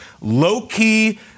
Low-key